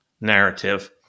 narrative